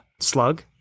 slug